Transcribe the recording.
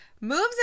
Moves